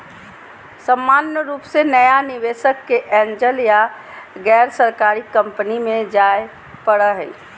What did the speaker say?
सामान्य रूप से नया निवेशक के एंजल या गैरसरकारी कम्पनी मे जाय पड़ो हय